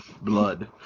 Blood